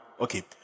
okay